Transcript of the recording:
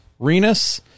Renus